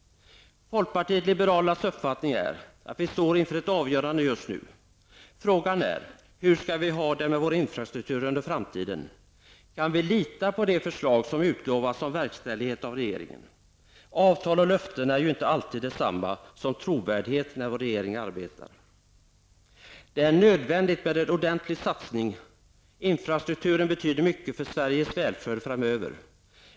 Folkpartiet liberalernas uppfattning är att vi just nu står inför ett avgörande. Frågan är hur vi skall ha det med vår infrastruktur i framtiden. Kan vi lita på regeringen när det gäller de förslag som har utlovats om verkställighet? Avtal och löften är ju inte alltid detsamma som trovärdighet när vår regering arbetar. Det är nödvändigt med en ordentlig satsning. Infrastrukturen betyder mycket för Sveriges välfärd framöver.